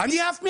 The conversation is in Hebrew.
אני עף הבית,